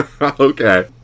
Okay